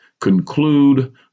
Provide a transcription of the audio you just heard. conclude